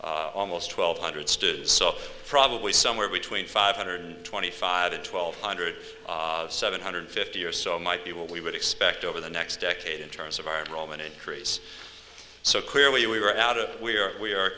almost twelve hundred students so probably somewhere between five hundred twenty five and twelve hundred seven hundred fifty or so might be what we would expect over the next decade in terms of our roman increase so clearly we were out of we are we are